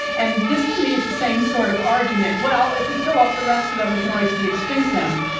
and this, to me, is the same sort of argument. well, if we kill off the rest of them, we can always de-extinct them.